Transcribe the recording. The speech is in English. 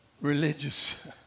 Religious